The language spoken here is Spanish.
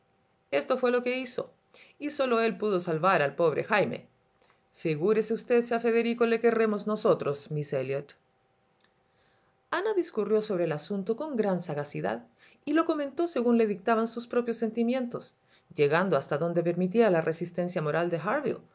esto fué lo que hizo y sólo él pudo salvar al pobre jaime figúrese usted si a federico le querremos nosotros miss elliot ana discurrió sobre el asunto con gran sagacidad y lo comentó según le dictaban sus propios sentimientos llegando hasta donde permitía la resistencia moral de harville a